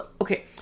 Okay